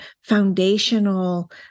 foundational